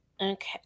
okay